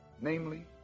namely